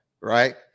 right